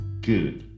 good